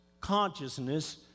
consciousness